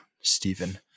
Stephen